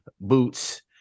boots